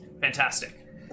Fantastic